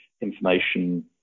information